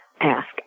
ask